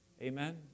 Amen